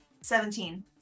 seventeen